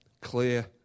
clear